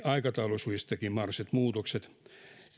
aikataulusyistäkin mahdolliset muutokset